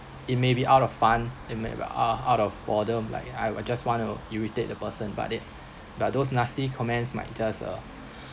it may be out of fun it may be out out of boredom like I would just want to irritate the person but it but those nasty comments might just uh